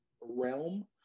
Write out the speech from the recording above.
realm